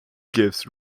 gives